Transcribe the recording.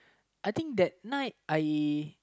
I think that night I